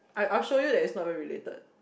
I'll I'll show you that it's not even related